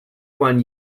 one